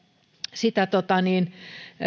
sitä